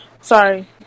Sorry